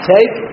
Take